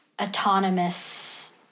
autonomous